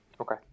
Okay